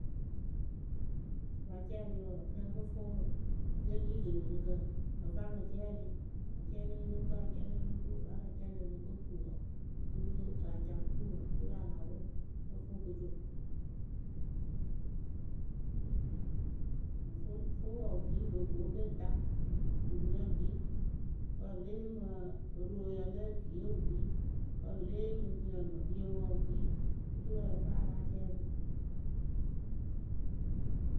Pɨ pa cɛɛlɩ wǝǝ ǝ lǝ fɨ fʊʊwǝ ǝ fɨ ekpii rɨ kinirikǝ ǝ fɨ a mɨ cɛɛlɩ acɛɛlɩ o lóo ko acɛɛlɩ o lóo ko vǝ́ a la cɛɛlɩ o lo ko ku wǝǝ oturu a la ca kuwǝ oturu a la wʊʊ ǝ fɨ oko co. fʊʊwǝ wɨ kpii wɨ loo ko kpeta bupurǝ gbii wǝ pɨ lée yee mɨ pieŋwǝ wɨ kpii oturu ǝ lǝ fɨ a ya láa cɛɛlɩ.